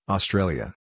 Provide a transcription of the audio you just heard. Australia